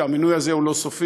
שהמינוי הזה הוא לא סופי.